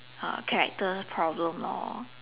uh character problem lor